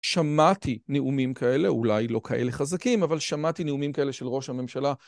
שמעתי נאומים כאלה, אולי לא כאלה חזקים, אבל שמעתי נאומים כאלה של ראש הממשלה.